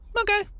Okay